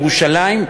ירושלים,